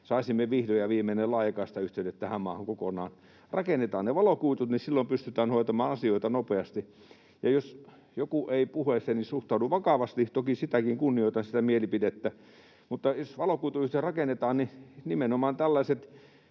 saisimme vihdoin ja viimein ne laajakaistayhteydet tähän maahan kokonaan. Rakennetaan ne valokuidut, niin silloin pystytään hoitamaan asioita nopeasti. Ja jos joku ei puheeseeni suhtaudu vakavasti, toki sitäkin mielipidettä kunnioitan, mutta jos valokuituyhteyksiä rakennetaan, niin nimenomaan tällaiset